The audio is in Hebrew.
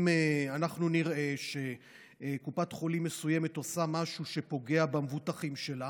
אם אנחנו נראה שקופת חולים מסוימת עושה משהו שפוגע במבוטחים שלה,